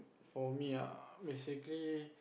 for me ah basically